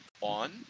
on